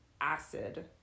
acid